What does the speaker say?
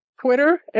Twitter